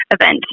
event